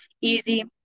easy